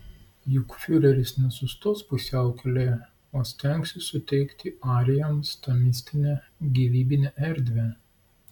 juk fiureris nesustos pusiaukelėje o stengsis suteikti arijams tą mistinę gyvybinę erdvę